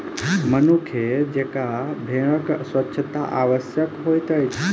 मनुखे जेंका भेड़क स्वच्छता आवश्यक होइत अछि